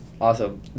awesome